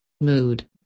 mood